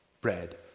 bread